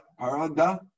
paranda